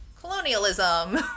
colonialism